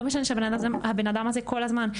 לא משנה שהבן אדם הזה כל הזמן,